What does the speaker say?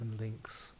links